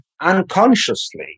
unconsciously